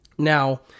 Now